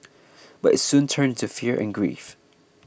but it soon turned into fear and grief